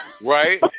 Right